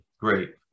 great